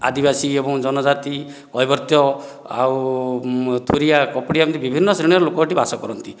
ଆଦିବାସୀ ଏବଂ ଜନ ଜାତି କୈବର୍ତ୍ତ ଆଉ ଥୁରିଆ କପଡ଼ିଆ ଏମିତି ବିଭିନ୍ନ ଶ୍ରେଣୀର ଲୋକ ଏଇଠି ବାସ କରନ୍ତି